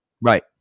right